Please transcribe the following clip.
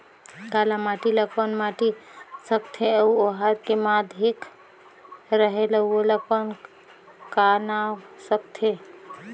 काला माटी ला कौन माटी सकथे अउ ओहार के माधेक रेहेल अउ ओला कौन का नाव सकथे?